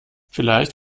vielleicht